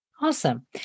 Awesome